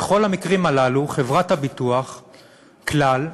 בכל המקרים הללו, חברת הביטוח "כלל"